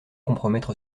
compromettre